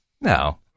No